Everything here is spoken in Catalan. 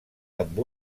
amb